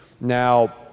Now